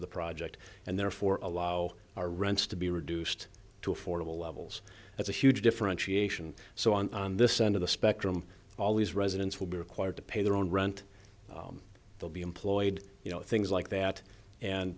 of the project and therefore allow our rents to be reduced to affordable levels that's a huge differentiation so on this end of the spectrum all these residents will be required to pay their own rent they'll be employed you know things like that and